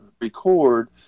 record